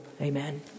amen